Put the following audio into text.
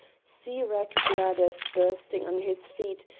sea-wrack bladders bursting under his feet,